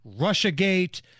Russiagate